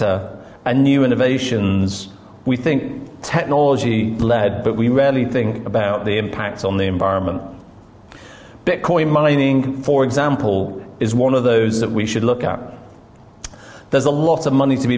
and new innovations we think technology led but we rarely think about the impact on the environment bitcoin mining for example is one of those that we should look at there's a lot of money to be